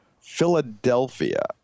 Philadelphia